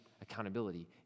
accountability